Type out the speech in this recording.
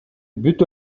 бүт